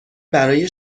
برای